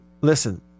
listen